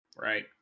Right